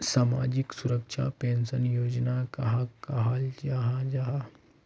सामाजिक सुरक्षा पेंशन योजना कहाक कहाल जाहा जाहा?